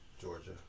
Georgia